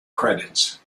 credits